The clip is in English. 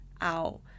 out